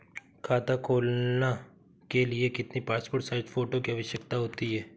खाता खोलना के लिए कितनी पासपोर्ट साइज फोटो की आवश्यकता होती है?